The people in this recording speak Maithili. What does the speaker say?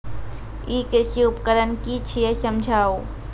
ई कृषि उपकरण कि छियै समझाऊ?